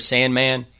Sandman